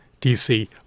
DC